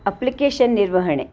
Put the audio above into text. application ನಿರ್ವಹಣೆ